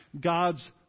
God's